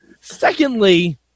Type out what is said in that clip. Secondly